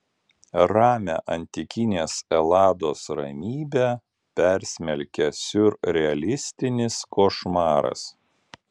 ramią antikinės elados ramybę persmelkia siurrealistinis košmaras